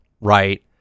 right